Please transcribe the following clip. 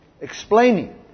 Explaining